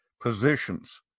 positions